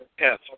Yes